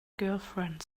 girlfriend